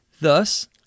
Thus